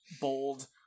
bold